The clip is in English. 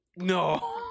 No